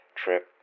trip